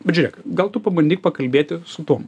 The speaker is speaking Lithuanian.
bet žiūrėk gal tu pabandyk pakalbėti su tuom